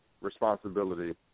responsibility